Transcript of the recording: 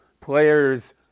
players